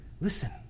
listen